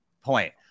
point